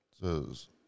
Says